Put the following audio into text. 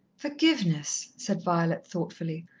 forgiveness, said violet thoughtfully.